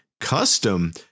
custom